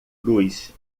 luz